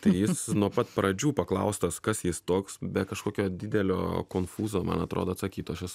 tai jis nuo pat pradžių paklaustas kas jis toks be kažkokio didelio konfūzo man atrodo atsakytų aš esu